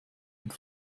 und